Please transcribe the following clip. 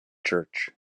church